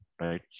right